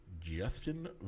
Justin